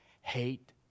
hate